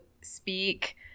speak